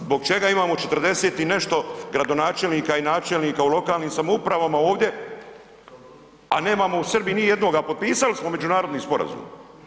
Zbog čega imamo 40 i nešto gradonačelnika i načelnika u lokalnim samoupravama ovdje a nemamo u Srbiji nijednoga, potpisali smo međunarodni sporazum.